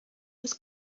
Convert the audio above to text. was